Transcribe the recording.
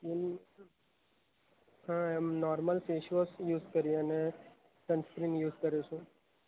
એમ હા એમ normal face wash use કરીએ અને સનસ્ક્રીન યુઝ કરુ છું